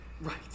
right